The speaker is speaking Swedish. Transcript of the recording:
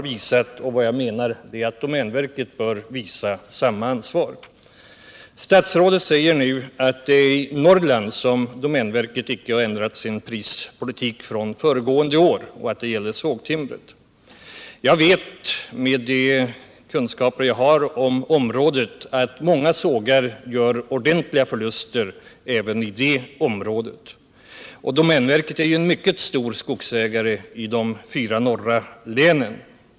Vad jag menar är att domänverket bör visa samma ansvar. Statsrådet säger nu att det är i Norrland som domänverket inte har ändrat sin prispolitik från föregående år och att det gäller sågtimret. Jag vet, med de kunskaper jag har på området, att många sågar gör ordentliga förluster även i de här landsdelarna, och domänverket är en mycket stor skogsägare i de fyra norra länen.